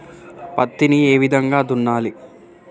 పత్తిని ఏ విధంగా దున్నాలి?